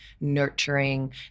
nurturing